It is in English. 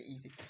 easy